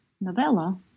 novella